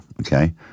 okay